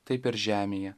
taip ir žemėje